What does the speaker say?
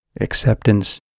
acceptance